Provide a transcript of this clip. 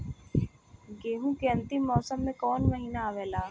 गेहूँ के अंतिम मौसम में कऊन महिना आवेला?